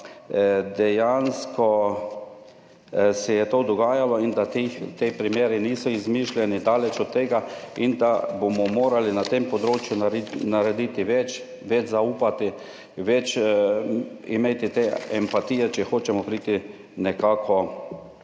dejansko to dogajalo in ti primeri niso izmišljeni, daleč od tega, in bomo morali na tem področju narediti več, več zaupati, imeti več te empatije, če hočemo priti nekako